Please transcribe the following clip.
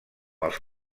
els